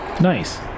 Nice